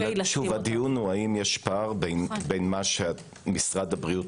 הדיון הוא האם יש פער בין מה שמשרד הבריאות